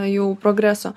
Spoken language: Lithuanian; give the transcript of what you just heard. jau progreso